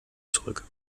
zurück